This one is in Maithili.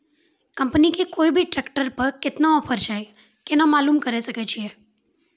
कंपनी के कोय भी ट्रेक्टर पर केतना ऑफर छै केना मालूम करऽ सके छियै?